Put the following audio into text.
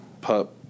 pup